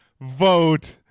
vote